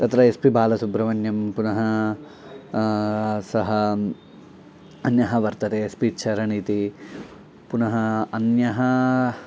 तत्र S P Balasubrahmanyam पुनः सः अन्यः वर्तते एस् पि चरण् इति पुनः अन्यः